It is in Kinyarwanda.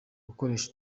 gukoresha